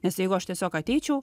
nes jeigu aš tiesiog ateičiau